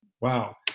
Wow